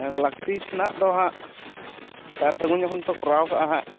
ᱞᱟᱹᱠᱛᱤ ᱛᱮᱱᱟᱜ ᱫᱚ ᱦᱟᱜ ᱥᱟᱨ ᱥᱟᱹᱜᱩᱱ ᱡᱚᱠᱷᱚᱱ ᱯᱮ ᱠᱚᱨᱟᱣ ᱟᱠᱟ ᱦᱟᱜ